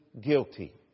guilty